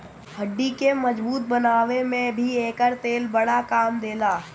हड्डी के मजबूत बनावे में भी एकर तेल बड़ा काम देला